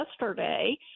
yesterday